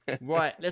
Right